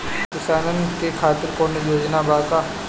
किसानों के खातिर कौनो योजना बा का?